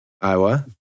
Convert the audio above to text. iowa